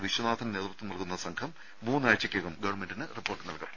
വിശ്വനാഥൻ നേതൃത്വം നൽകുന്ന സംഘം മൂന്നാഴ്ചക്കകം ഗവൺമെന്റിന് റിപ്പോർട്ട് നൽകും